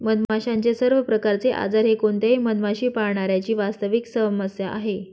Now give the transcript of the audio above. मधमाशांचे सर्व प्रकारचे आजार हे कोणत्याही मधमाशी पाळणाऱ्या ची वास्तविक समस्या आहे